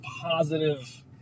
positive